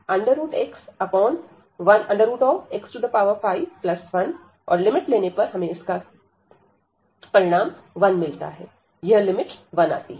यह लिमिट 1 आती है